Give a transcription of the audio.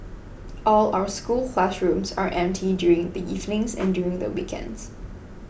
all our school classrooms are empty during the evenings and during the weekends